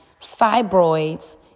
fibroids